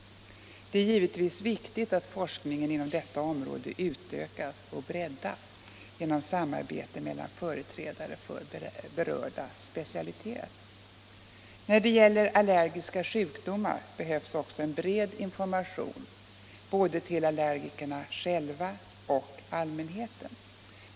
Det är givetvis viktigt att forskningen inom detta område utökas och breddas genom samarbete mellan företrädare för berörda specialiteter. När det gäller allergiska sjukdomar behövs också en bred information till både allergikerna själva och allmänheten.